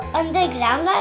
underground